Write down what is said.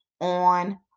on